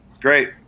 great